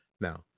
Now